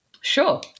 sure